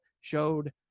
showed